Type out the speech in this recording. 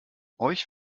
euch